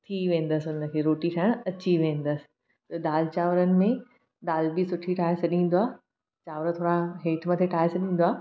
थी वेंदसि हुनखे रोटी ठाहिणु अची वेंदसि त दालि चांवरनि में दालि बि सुठी ठाहे छॾींदो आहे चांवर थोरा हेठि मथे छॾींदो आहे